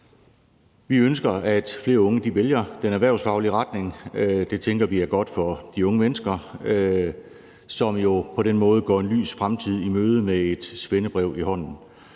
Vi ønsker, at flere unge vælger den erhvervsfaglige retning. Det tænker vi er godt for de unge mennesker, som jo på den måde går en lys fremtid i møde med et svendebrev i hånden.